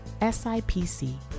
SIPC